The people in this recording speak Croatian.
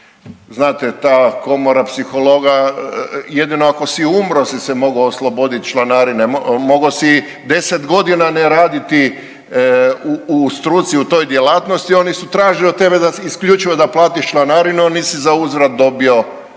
Znate, ta komora psihologa jedino ako si umro si se mogao oslobodit članarine, mogao si 10.g. ne raditi u struci u toj djelatnosti oni su tražili od tebe da isključivo da platiš članarinu, a nisi zauzvrat dobio, dobio